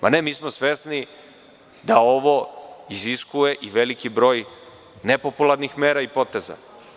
Ne, mi smo svesni da ovo iziskuje i veliki broj nepopularnih mera i poteza.